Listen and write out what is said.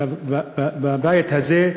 ניצב בבית הזה.